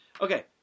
okay